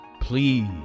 Please